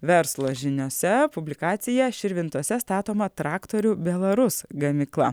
verslo žiniose publikacija širvintose statoma traktorių belarus gamykla